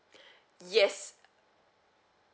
yes